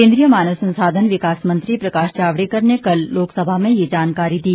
केन्द्रीय मानव संसाधन विकास मंत्री प्रकाश जावड़ेकर ने कल लोकसभा में ये जानकारी दी